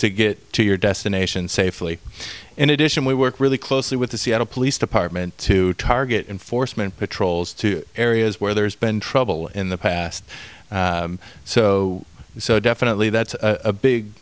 to get to your destination safely in addition we work really closely with the seattle police department to target enforcement patrols to areas where there's been trouble in the past so so definitely that's a big